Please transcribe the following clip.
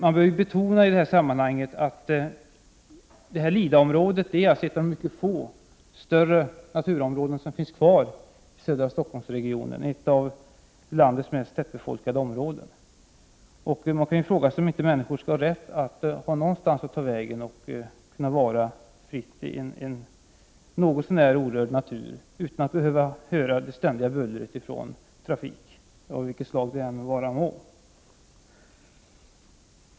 Man bör betona i detta sammanhang att Lidaområdet är ett av de mycket få större naturområden som finns kvar i södra Stockholmsregionen — ett av landets mest tätbefolkade områden. Man kan ju fråga sig om inte människor skall ha rätt att ha någonstans att ta vägen och kunna röra sig fritt i en något så när orörd natur utan att behöva höra det ständiga bullret från trafik av vilket slag det än vara må.